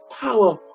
power